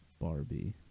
Barbie